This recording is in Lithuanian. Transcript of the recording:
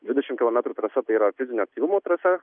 dvidešim kilometrų trąsa tai yra fizinio aktyvumo trąsa